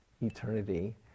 eternity